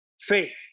faith